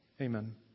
Amen